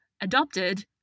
adopted